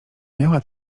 miała